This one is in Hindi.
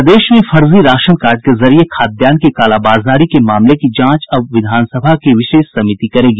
प्रदेश में फर्जी राशन कार्ड के जरिये खाद्यान्न की कालाबाजारी के मामले की जांच अब विधान सभा की विशेष समिति करेगी